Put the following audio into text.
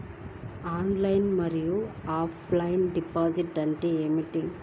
Online మరియు offline deposit అంటే ఏమిటి?